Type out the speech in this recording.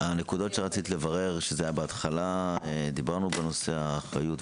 הנקודות שרצית לברר בהתחלה דיברנו על נושא האחריות,